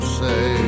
say